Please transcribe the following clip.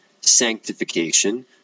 sanctification